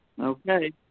Okay